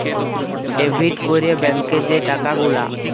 debit ক্যরে ব্যাংকে যে টাকা গুলা